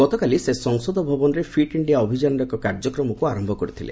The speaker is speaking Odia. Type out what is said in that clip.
ଗତକାଲି ସେ ସଂସଦ ଭବନରେ ଫିଟ୍ ଇଣ୍ଡିଆ ଅଭିଯାନର ଏକ କାର୍ଯ୍ୟକ୍ରମକୁ ଆରୟ କରିଥିଲେ